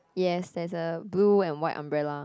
yes there's a blue and white umbrella